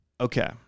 Okay